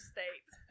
states